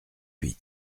huit